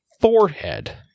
forehead